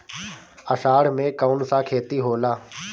अषाढ़ मे कौन सा खेती होला?